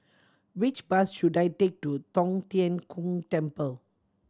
which bus should I take to Tong Tien Kung Temple